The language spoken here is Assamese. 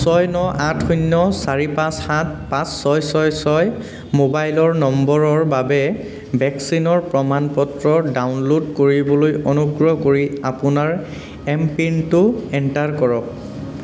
ছয় ন আঠ শূন্য চাৰি পাঁচ সাত পাঁচ ছয় ছয় ছয় মোবাইলৰ নম্বৰৰ বাবে ভেকচিনৰ প্ৰমাণ পত্ৰ ডাউনলোড কৰিবলৈ অনুগ্ৰহ কৰি আপোনাৰ এম পিনটো এণ্টাৰ কৰক